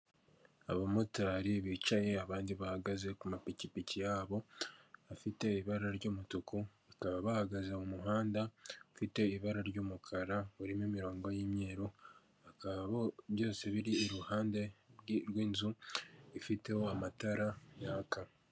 Abamotari bicaye abandi bahagaze ku mapikipiki yabo, abafite ibara ry'umutuku bakaba bahagaze mu muhanda, abafite ibara ry'umukara urimo imirongo y'imyeru, bakaba bo byose biri iruhande rw'inzu ifiteho amatara yaka.